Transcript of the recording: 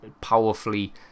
powerfully